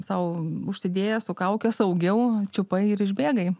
sau užsidėjęs su kauke saugiau čiupai ir išbėgai